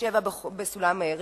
6.7 בסולם ריכטר.